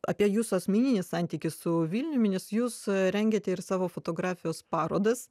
apie jūsų asmeninį santykį su vilniumi nes jūs rengiate ir savo fotografijos parodas